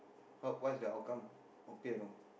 how what is the outcome okay or not